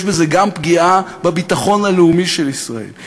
יש בזה גם פגיעה בביטחון הלאומי של ישראל.